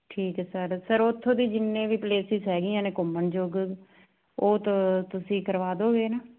ਠੀਕ ਹੈ sir sir ਉਥੋਂ ਦੀ ਜਿੰਨੇ ਵੀ ਪਲੇਸਿਸ ਹੈਗੀਆਂ ਨੇ ਘੁੰਮਣ ਯੋਗ ਉਹ ਤਾਂ ਤੁਸੀਂ ਕਰਵਾ ਦੋਗੇ ਨਾ